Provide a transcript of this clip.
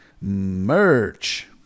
merch